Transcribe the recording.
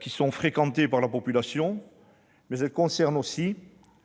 qui sont fréquentés par la population, mais également les